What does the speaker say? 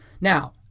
now